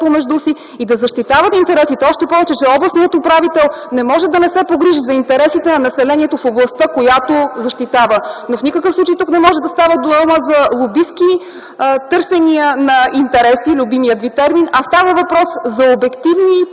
помежду си и да защитават интересите, още повече, че областният управител не може да не се погрижи за интересите на населението в областта, която защитава. В никакъв случай тук не може да става дума за лобистки търсения на интереси – любимият ви термин, а става въпрос за обективни